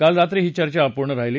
काल रात्री ही चर्चा अपूर्ण राहिली